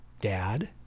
dad